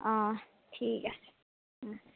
অঁ ঠিক আছে